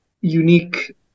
unique